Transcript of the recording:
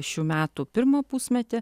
šių metų pirmą pusmetį